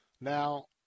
Now